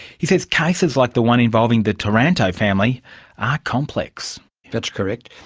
he says cases like the one involving the taranto family are complex. that's correct.